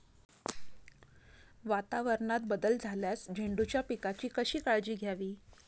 वातावरणात बदल झाल्यास झेंडूच्या पिकाची कशी काळजी घ्यावी?